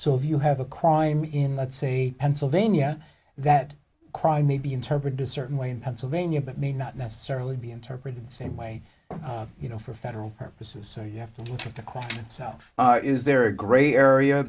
so if you have a crime in let's say pennsylvania that crime may be interpreted a certain way in pennsylvania but may not necessarily be interpreted the same way you know for federal purposes so you have to do to the question itself is there a gray area